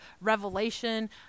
revelation